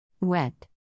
Wet